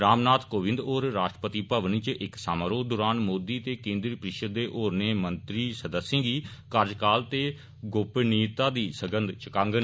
रामनाथ कोविंद होर राष्ट्रपति भवन इच इक समारोह दौरान मोदी ते केन्द्री परिषद दे होरने मंत्री सदस्यें गी कार्यालय ते गोपनीयता दी सगंघ चुकागन